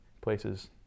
places